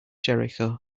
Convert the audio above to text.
jericho